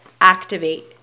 activate